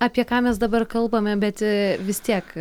apie ką mes dabar kalbame bet vis tiek